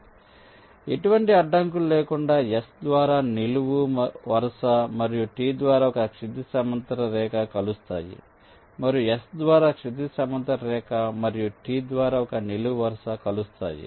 కాబట్టి ఎటువంటి అడ్డంకులు లేకుండా S ద్వారా నిలువు వరుస మరియు T ద్వారా ఒక క్షితిజ సమాంతర రేఖ కలుస్తాయి మరియు S ద్వారా క్షితిజ సమాంతర రేఖ మరియు T ద్వారా ఒక నిలువు వరుస కలుస్తాయి